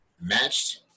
matched